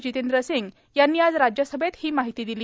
जितेंद्र सिंग यांनी आज राज्यसभेत ही माहिती दिली